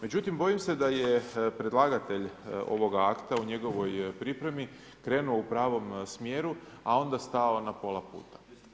Međutim, bojim se da je predlagatelj ovoga akta u njegovoj pripremi krenuo u pravom smjeru, a onda stao na pola puta.